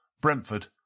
Brentford